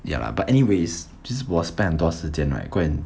ya lah but anyways just 我 spend 很多时间 right go and